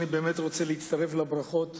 אני רוצה להצטרף לברכות